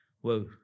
whoa